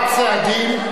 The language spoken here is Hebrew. סעדים),